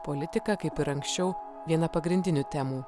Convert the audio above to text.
politika kaip ir anksčiau viena pagrindinių temų